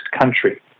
country